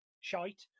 shite